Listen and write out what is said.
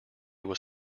was